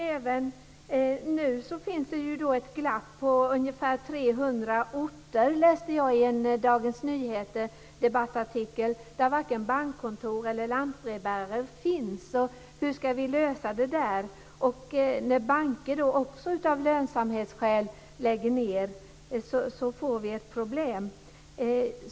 Även nu finns det ett glapp på ungefär 300 orter, läste jag i en debattartikel i Dagens Nyheter, där varken bankkontor eller lantbrevbärare finns. Hur ska vi lösa det? När sedan banker också lägger ned av lönsamhetsskäl får vi ett problem.